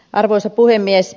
arvoisa puhemies